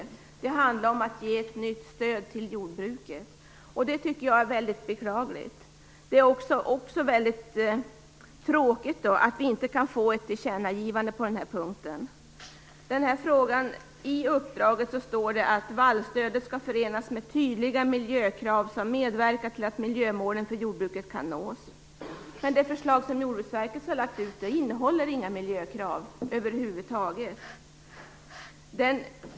Det handlar om att ge ett nytt stöd till jordbruket. Det tycker jag är väldigt beklagligt. Det är också väldigt tråkigt att man inte kan få ett tillkännagivande på den här punkten. I uppdraget står det att vallstödet skall förenas med tydliga miljökrav som medverkar till att miljömålen för jordbruket kan nås. Men Jordbruksverkets förslag innehåller inga miljökrav över huvud taget.